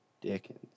Dickens